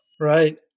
Right